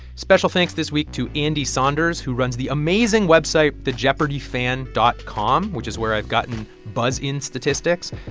special thanks this week to andy saunders, who runs the amazing website thejeopardyfan dot com, which is where i've gotten buzz-in statistics,